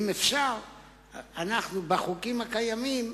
אם אפשר לפי החוקים הקיימים,